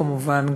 כמובן,